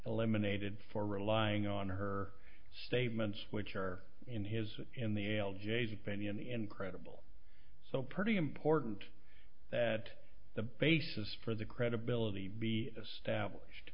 eliminated for relying on her statements which are in his in the l j's opinion incredible so pretty important that the basis for the credibility be stablished